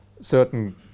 certain